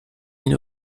une